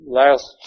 last